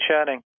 chatting